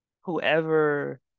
whoever